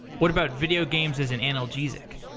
what about video games as an analgesic?